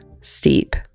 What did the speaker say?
steep